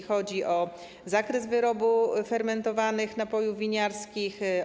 Chodzi o zakres wyrobu fermentowanych napojów winiarskich.